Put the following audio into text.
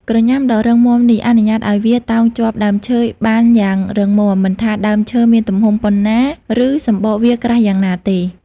ក្រញាំដ៏រឹងមាំនេះអនុញ្ញាតឲ្យវាតោងជាប់ដើមឈើបានយ៉ាងរឹងមាំ មិនថាដើមឈើមានទំហំប៉ុនណា ឬសំបកវាក្រាស់យ៉ាងណាទេ។